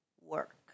work